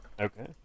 okay